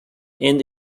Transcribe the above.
and